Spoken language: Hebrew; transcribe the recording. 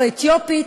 אמהרית,